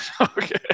Okay